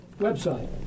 website